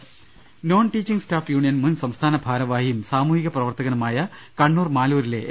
രദേഷ്ടങ non teaching staff union മുൻ സംസ്ഥാന ഭാരവാഹിയും സാമൂഹ്യ പ്രവർത്തകനുമായ കണ്ണൂർ മാലൂരിലെ എ